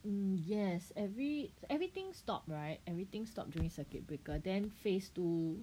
um yes every everything stop right everything stop during circuit breaker then phase two